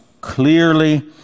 clearly